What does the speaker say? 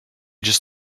just